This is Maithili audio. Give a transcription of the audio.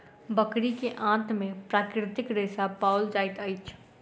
बकरी के आंत में प्राकृतिक रेशा पाओल जाइत अछि